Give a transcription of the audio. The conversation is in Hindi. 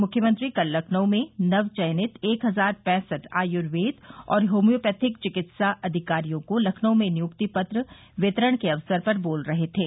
मुख्यमंत्री कल लखनऊ में नव चयनित एक हजार पैंसठ आयुर्वेद और होम्योपैथिक चिकित्सा अधिकारियों को लखनऊ में नियुक्ति पत्र वितरण के अवसर पर बोल रहे थे